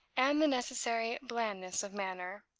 and the necessary blandness of manner,